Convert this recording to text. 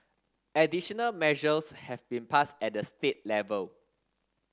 additional measures have been passed at the state level